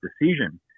decision